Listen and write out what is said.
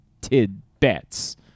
tidbits